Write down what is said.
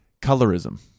colorism